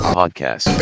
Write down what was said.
podcast